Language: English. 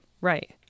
Right